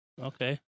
Okay